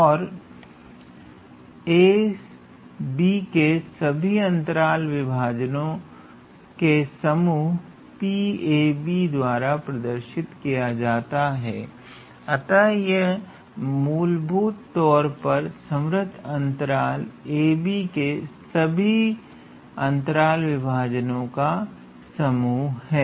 और a b के सभी अंतराल विभाजनों का समूह pab द्वारा दर्शाया जाता है अतः यह मूलभूत तौर पर संवृत अंतराल ab के सभी अंतराल विभाजनों का समूह है